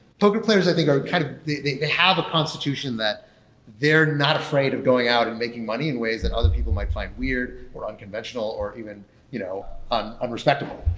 poker players i think are kind of they have a constitution that they're not afraid of going out and making money in ways that other people might find weird, or unconventional, or even you know ah unrespectable.